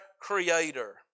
Creator